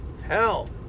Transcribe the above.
Hell